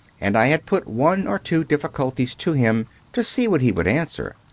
and i had put one or two difficulties to him to see what he would answer.